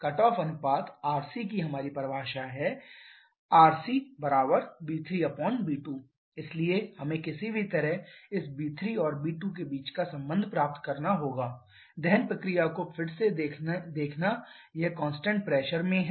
cut off अनुपात rc की हमारी परिभाषा है rcv3v2 इसलिए हमें किसी भी तरह इस v3 और v2 के बीच एक संबंध प्राप्त करना है दहन प्रक्रिया को फिर से देखेना यह कांस्टेंट प्रेशर में है